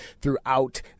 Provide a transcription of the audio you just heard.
throughout